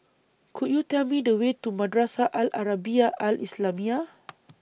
Could YOU Tell Me The Way to Madrasah Al Arabiah Al Islamiah